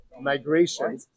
migration